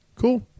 Cool